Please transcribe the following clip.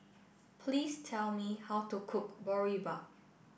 please tell me how to cook Boribap